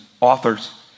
authors